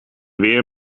weer